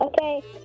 Okay